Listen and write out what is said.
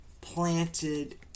planted